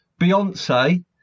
Beyonce